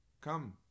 Come